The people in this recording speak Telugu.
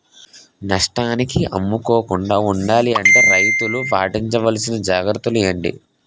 నష్టానికి అమ్ముకోకుండా ఉండాలి అంటే రైతులు పాటించవలిసిన జాగ్రత్తలు ఏంటి